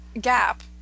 gap